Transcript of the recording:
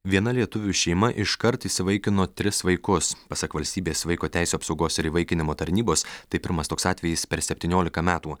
viena lietuvių šeima iškart įsivaikino tris vaikus pasak valstybės vaiko teisių apsaugos ir įvaikinimo tarnybos tai pirmas toks atvejis per septyniolika metų